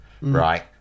right